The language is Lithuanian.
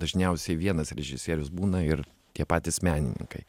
dažniausiai vienas režisierius būna ir tie patys menininkai